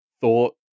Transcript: thought